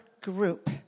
group